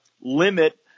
limit